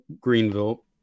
Greenville